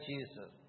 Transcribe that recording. Jesus